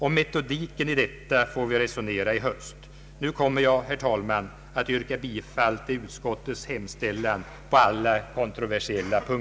Om metodiken i detta får vi resonera i höst. Nu yrkar jag, herr talman, bifall till utskottets hemställan.